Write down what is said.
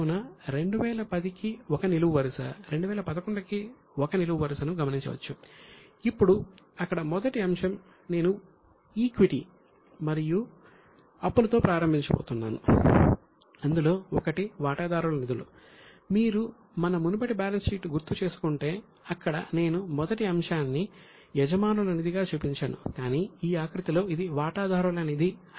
కానీ ఈ ఆకృతిలో ఇది వాటాదారుల నిధి అనే పదాన్ని ఉపయోగిస్తుంది